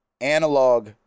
analog